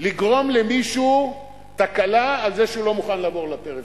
לגרום למישהו תקלה על זה שהוא לא מוכן לעבור לפריפריה.